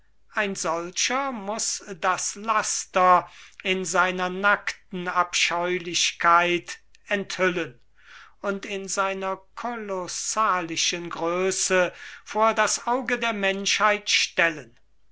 ein solcher muß das laster in seiner nakten abscheulichkeit enthüllen und in seiner kolossalischen grösse vor das auge der menschheit stellen